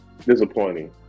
disappointing